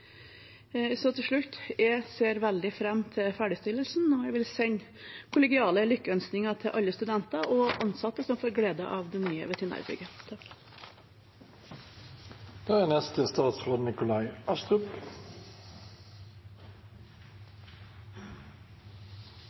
Til slutt: Jeg ser veldig fram til ferdigstillelsen, og sender kollegiale lykkeønskninger til alle studenter og ansatte som får glede av det nye veterinærbygget. Samlokaliseringsprosjektet på Campus Ås er